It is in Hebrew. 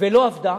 ולא עבדה,